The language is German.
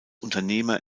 unternehmer